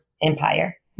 Empire